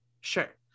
Sure